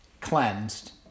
cleansed